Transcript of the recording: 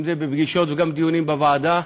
אם זה בפגישות וגם בדיונים בוועדה,